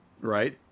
right